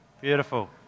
Beautiful